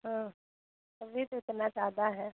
हाँ तभी तो उतना ज़्यादा है